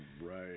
right